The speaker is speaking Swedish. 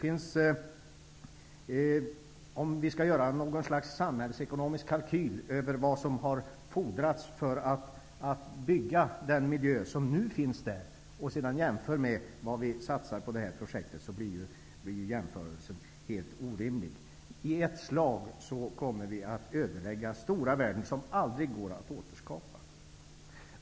Om man skulle göra en samhällsekonomisk kalkyl över vad som har fordrats för att skapa den miljö som nu finns där och sedan jämför med vad som satsas på detta projekt, skulle det visa sig att jämförelsen blir helt orimlig. Vi kommer i ett slag att ödelägga stora värden som aldrig kommer att gå att återskapa.